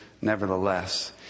nevertheless